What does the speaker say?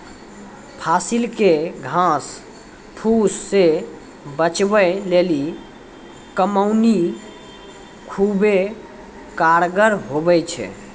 फसिल के घास फुस से बचबै लेली कमौनी खुबै कारगर हुवै छै